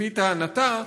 לפי טענתה,